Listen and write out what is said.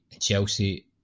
Chelsea